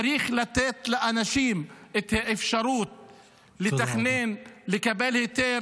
צריך לתת לאנשים את האפשרות לתכנן, לקבל היתר.